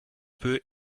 peu